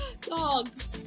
dogs